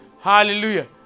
Hallelujah